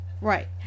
Right